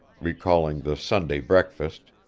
recalling the sunday breakfast,